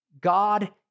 God